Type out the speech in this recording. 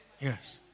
Yes